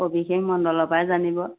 সৱিশেষ মণ্ডলৰ পৰাই জানিব